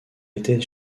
était